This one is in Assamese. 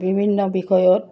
বিভিন্ন বিষয়ত